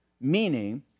meaning